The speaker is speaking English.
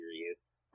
serious